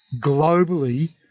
globally